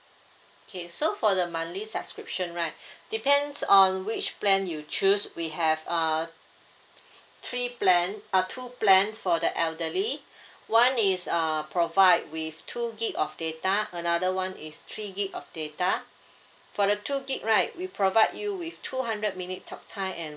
okay so for the monthly subscription right depends on which plan you choose we have err three plan uh two plan for the elderly one is err provide with two gig of data another one is three gig of data for the two gig right we provide you with two hundred minute talk time and